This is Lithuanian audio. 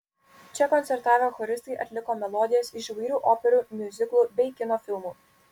čia koncertavę choristai atliko melodijas iš įvairių operų miuziklų bei kino filmų